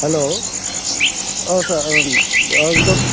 hello औ sir औ आं आं बे